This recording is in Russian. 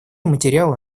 материалы